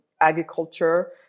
agriculture